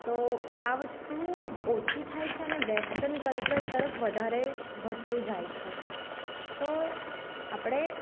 તો આ વસ્તુ ઓછી થાય છે અને વેસ્ટન કલ્ચર તરફ વધારે વધતું જાય છે તો આપણે